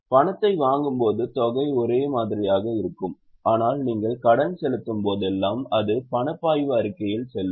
பணத்தை வாங்கும் போது தொகை ஒரே மாதிரியாக இருக்கும் ஆனால் நீங்கள் கடன் செலுத்தும் போதெல்லாம் அது பணப்பாய்வு அறிக்கையில் செல்லும்